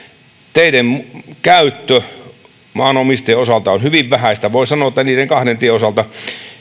teiden käyttö maanomistajien osalta on hyvin vähäistä voi sanoa että niiden kahden tien osalta